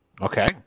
Okay